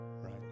right